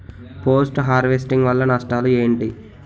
Post harvesting వల్ల నష్టాలు ఏంటి?